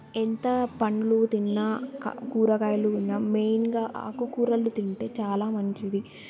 ఎంత పండ్లు తిన్నాక కూరగాయలు ఉన్నా మెయిన్గా ఆకు కూరలు తింటే చాలా మంచిది